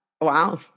Wow